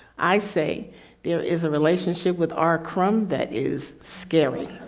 i say there is a relationship with our crumb that is scary.